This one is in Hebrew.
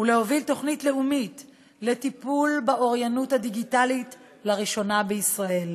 ולהוביל תוכנית לאומית לטיפול באוריינות הדיגיטלית לראשונה בישראל.